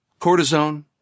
cortisone